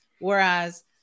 Whereas